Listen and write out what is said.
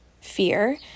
fear